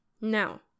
now